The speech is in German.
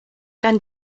dann